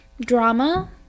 drama